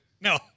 No